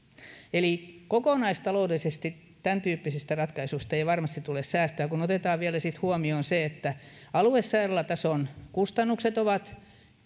eli kokonaistaloudellisesti tämäntyyppisistä ratkaisuista ei varmasti tule säästöä kun otetaan vielä sitten huomioon se että aluesairaalatason kustannukset ovat